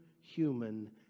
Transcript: human